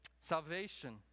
salvation